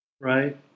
right